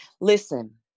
Listen